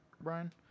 Brian